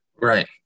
Right